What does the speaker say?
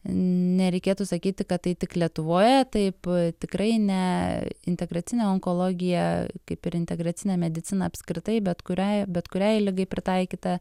nereikėtų sakyti kad tai tik lietuvoje taip tikrai ne integracinė onkologija kaip ir integracinė mediciną apskritai bet kuriai bet kuriai ligai pritaikyta